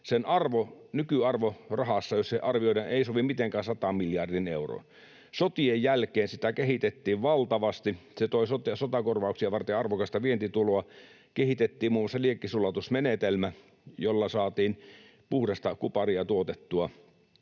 nykyarvo, rahassa arvioidaan, ei sovi mitenkään 100 miljardiin euroon. Sotien jälkeen sitä kehitettiin valtavasti, ja se toi sotakorvauksia varten arvokasta vientituloa. Kehitettiin muun muassa liekkisulatusmenetelmä, jolla saatiin puhdasta kuparia tuotettua